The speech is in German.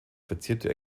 verzierte